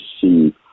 see